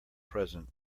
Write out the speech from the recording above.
present